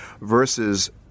versus